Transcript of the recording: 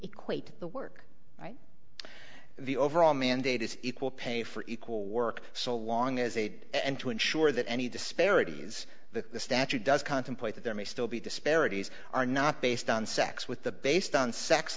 quate the work right the overall mandate is equal pay for equal work so long as aid and to ensure that any disparities that the statute does contemplate that there may still be disparities are not based on sex with the based on sex